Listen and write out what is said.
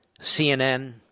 CNN